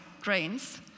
grains